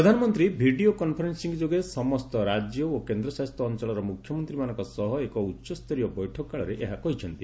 ପ୍ରଧାନମନ୍ତ୍ରୀ video conferencing ଯୋଗେ ସମସ୍ତ ରାଜ୍ୟ ଓ କେନ୍ଦ୍ରଶାସିତ ଅଞ୍ଚଳର ମୁଖ୍ୟମନ୍ତ୍ରୀମାନଙ୍କ ସହ ଏକ ଉଚ୍ଚସ୍ତରୀୟ ବୈଠକକାଳରେ ଏହା କହିଛନ୍ତି